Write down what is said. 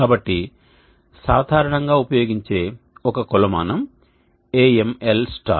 కాబట్టి సాధారణంగా ఉపయోగించే ఒక కొలమానం AMl